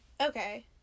okay